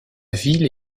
ville